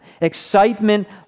Excitement